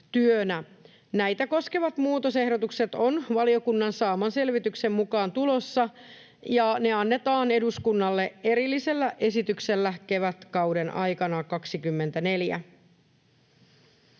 Näitä koskevat muutosehdotukset ovat valiokunnan saaman selvityksen mukaan tulossa, ja ne annetaan eduskunnalle erillisellä esityksellä kevätkauden 24 aikana.